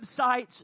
websites